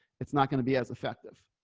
it's not going to be as effective.